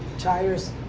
tires,